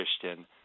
Christian